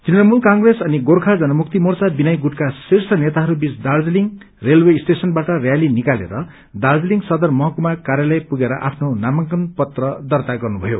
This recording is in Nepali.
तृणमूल कंग्रेस अनि गोर्खा जनमुक्ति मोर्चा विनय गुटका शीर्ष नेताहरू बीच दार्जीलिङ रेलवे स्टेशनबाट रयाली निकालेर दार्जीलिङ शहर महकुमा कार्यालय पुगेर आफ्नो नामांकन पत्र दर्ता गरे